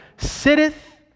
sitteth